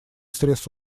срез